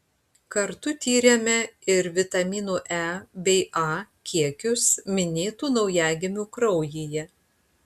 kartu tyrėme ir vitaminų e bei a kiekius minėtų naujagimių kraujyje